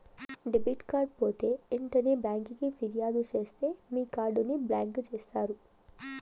debit card పోతే ఎంటనే బ్యాంకికి ఫిర్యాదు సేస్తే మీ కార్డుని బ్లాక్ చేస్తారు